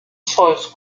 zeus